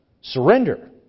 Surrender